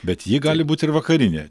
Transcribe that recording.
bet ji gali būt ir vakarinė